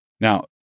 Now